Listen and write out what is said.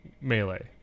melee